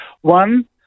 One